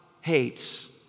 hates